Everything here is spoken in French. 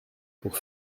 pour